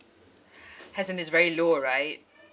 has and it's very low right